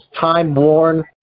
time-worn